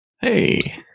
Hey